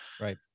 Right